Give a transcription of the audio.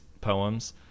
poems